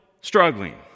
struggling